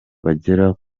bagera